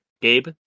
Gabe